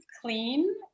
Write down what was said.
clean